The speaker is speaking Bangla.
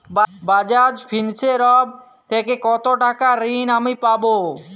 বাজাজ ফিন্সেরভ থেকে কতো টাকা ঋণ আমি পাবো?